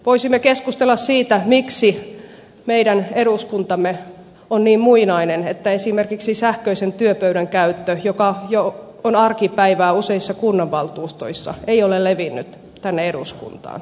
voisimme keskustella siitä miksi meidän eduskuntamme on niin muinainen että esimerkiksi sähköisen työpöydän käyttö joka on jo arkipäivää useissa kunnanvaltuustoissa ei ole levinnyt tänne eduskuntaan